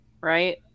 Right